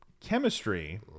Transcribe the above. chemistry